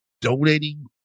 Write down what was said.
donating